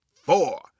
four